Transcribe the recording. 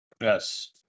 Yes